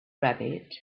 rabbit